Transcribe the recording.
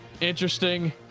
Interesting